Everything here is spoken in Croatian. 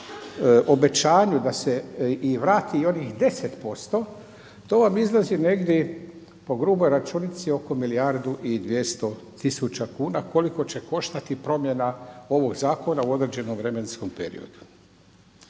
o obećanju da se i vrati i onih 10 posto, to vam iznosi negdje po gruboj računici oko milijardu i 200 tisuća kuna koliko će koštati promjena ovog zakona u određenom vremenskom periodu.